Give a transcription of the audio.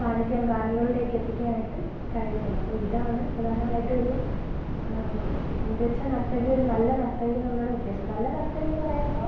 കാണിക്കാൻ കാണികളിലേക്ക് എത്തിക്കാൻ ആയിട്ട് കഴിയത്തുള്ളൂ അപ്പോൾ ഇതാണ് പ്രധാനമായിട്ട് ഒരു മികച്ച നർത്തകിയും ഒരു നല്ല നർത്തകിയും തമ്മിലുള്ള വ്യത്യാസം നല്ല നർത്തകിയെന്ന് പറയുമ്പം